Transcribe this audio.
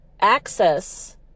access